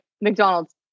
McDonald's